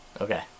Okay